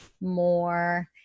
more